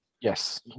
Yes